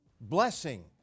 blessing